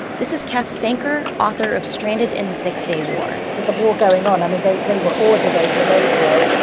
this is cath senker, author of stranded in the six-day war with a war going on, i mean, they they were ordered over the radio,